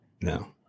No